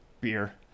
beer